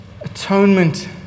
atonement